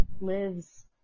lives